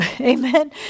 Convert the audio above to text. amen